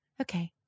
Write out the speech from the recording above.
Okay